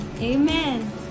Amen